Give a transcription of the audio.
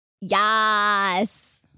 Yes